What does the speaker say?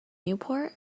newport